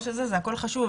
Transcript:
הכול חשוב,